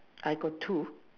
I got two